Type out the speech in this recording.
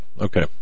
Okay